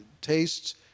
tastes